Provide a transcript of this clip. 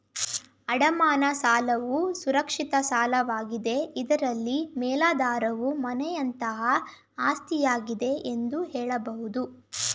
ಅಡಮಾನ ಸಾಲವು ಸುರಕ್ಷಿತ ಸಾಲವಾಗಿದೆ ಇದ್ರಲ್ಲಿ ಮೇಲಾಧಾರವು ಮನೆಯಂತಹ ಆಸ್ತಿಯಾಗಿದೆ ಎಂದು ಹೇಳಬಹುದು